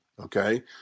Okay